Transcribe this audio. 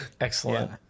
Excellent